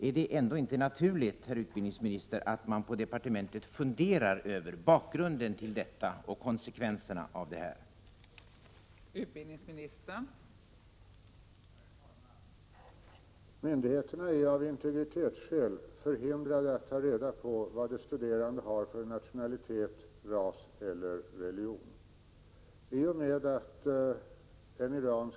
Är det ändå inte naturligt, herr utbildningsminister, att man på departementet funderar över bakgrunden till detta och de konsekvenser det hela kan få?